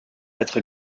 être